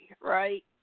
right